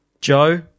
Joe